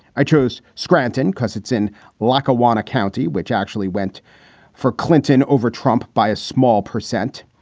i chose scranton because it's in lackawanna county, which actually went for clinton over trump by a small percent.